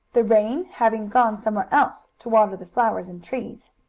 the rain having gone somewhere else to water the flowers and trees.